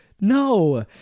No